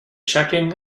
checking